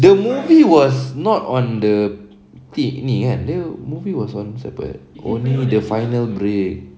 the movie was not on the ni ni kan the movie was on siapa eh only the final break